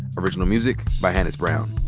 original music by hannis brown.